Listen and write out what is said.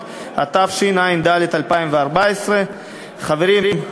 התשע"ה 2014. חברים,